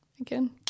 again